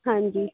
ਹਾਂਜੀ